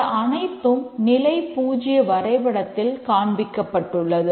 இந்த அனைத்தும் நிலை 0 வரைபடத்தில் காண்பிக்கப்பட்டுள்ளது